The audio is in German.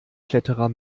kletterer